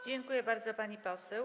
Dziękuję bardzo, pani poseł.